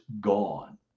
gone